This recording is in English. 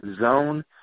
zone